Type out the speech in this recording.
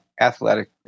athletic